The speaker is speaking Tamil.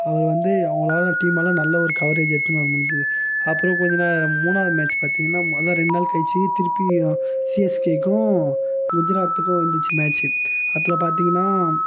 அவர் வந்து அவங்களால் டீம் எல்லாம் நல்ல ஒரு கவரேஜ் எடுத்துன்னு வர முடிஞ்சுது அப்புறம் கொஞ்ச நேரம் மூணாவது மேட்ச் பார்த்தீங்கனா மொத ரெண்டு நாள் கழித்து திருப்பி சிஎஸ்கேக்கும் குஜராத்துக்கும் வந்துச்சு மேட்ச்சு அதில் பார்த்தீங்கன்னா